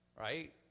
Right